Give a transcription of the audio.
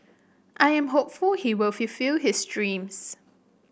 I am hopeful he will fulfil his dreams